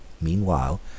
Meanwhile